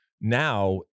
now